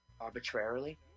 Arbitrarily